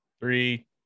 three